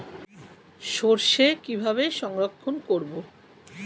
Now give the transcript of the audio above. সরষে কিভাবে সংরক্ষণ করব?